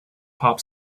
pop